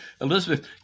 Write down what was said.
elizabeth